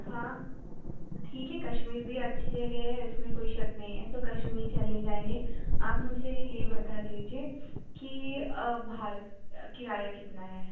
ہاں ٹھیک ہے کشمیر بھی اچھی جگہ ہے اس میں کوئی شک نہیں ہے تو کشمیر چلے جائیں گے آپ مجھے یہ بتا دیجیے کہ کرایہ کتنا ہے